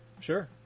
Sure